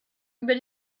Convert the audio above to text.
über